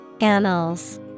Annals